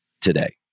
today